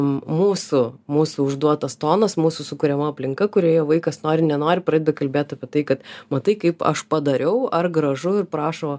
mūsų mūsų užduotas tonas mūsų sukuriama aplinka kurioje vaikas nori nenori pradeda kalbėt apie tai kad matai kaip aš padariau ar gražu ir prašo